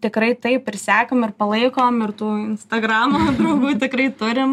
tikrai taip ir sekam ir palaikom ir tų instagramo draugų tikrai turim